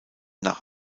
nach